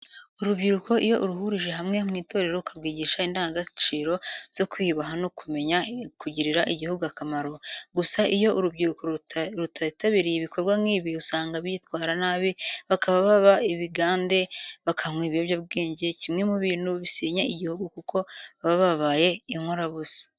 Urubyiruko iyo uruhurije hamwe mu itorero ukarwigisha indangagaciro zo kwiyubaha no kumenya kugirira igihugu akamaro, gusa iyo urubyiruko rutitabiriye ibikorwa nk'ibi usanga bitwara nabi bakaba baba ibigande bakanywa ibiyobyabwenge, kimwe mu bintu bisenya igihugu kuko baba babaye inkorabusa.